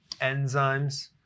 enzymes